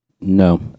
No